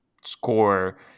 score